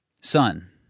Son